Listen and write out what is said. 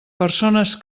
persones